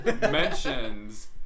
mentions